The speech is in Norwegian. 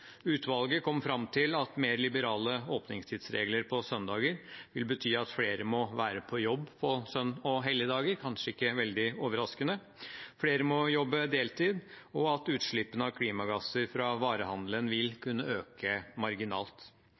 Utvalget kom fram til at mer liberale åpningstidsregler på søndager vil bety at flere må være på jobb på søn- og helligdager – kanskje ikke veldig overraskende – flere må jobbe deltid, og at utslippene av klimagasser fra varehandelen vil kunne øke marginalt.